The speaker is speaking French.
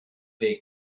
des